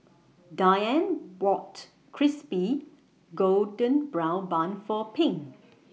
Dianne bought Crispy Golden Brown Bun For Pink